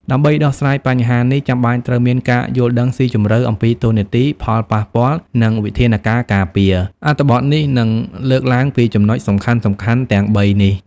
ដើម្បីដោះស្រាយបញ្ហានេះ ចាំបាច់ត្រូវមានការយល់ដឹងស៊ីជម្រៅអំពីតួនាទី ផលប៉ះពាល់ និងវិធានការការពារ។ អត្ថបទនេះនឹងលើកឡើងពីចំណុចសំខាន់ៗទាំងបីនេះ។